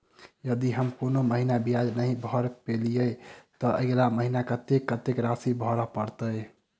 यदि हम कोनो महीना ब्याज नहि भर पेलीअइ, तऽ अगिला महीना हमरा कत्तेक राशि भर पड़तय?